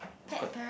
it's quite